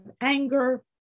anger